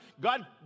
God